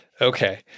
Okay